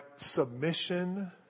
submission